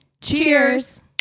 cheers